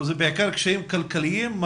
זה בעיקר קשיים כלכליים?